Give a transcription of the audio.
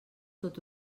tot